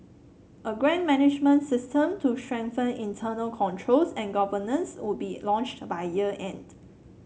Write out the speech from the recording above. a grant management system to strengthen internal controls and governance would be launched by year end